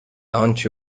آنچه